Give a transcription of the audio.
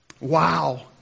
Wow